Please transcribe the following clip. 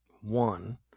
one